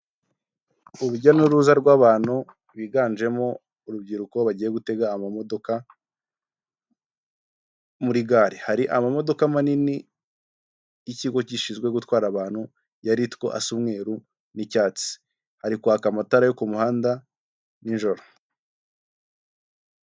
Urujya n'uruza rw'abantu biganjemo urubyiruko bagiye gutega amamodoka muri gare, hari amamodoka manini y'ikigo gishinzwe gutwara abantu ya Ritiko asa umweru n'icyatsi hari kwaka amatara yo kumuhanda nijoro.